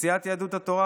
סיעת יהדות התורה,